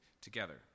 together